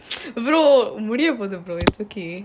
bro முடியபோகுது: mutiya pokudhu but it's okay